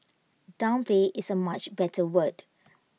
downplay is A much better word